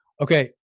okay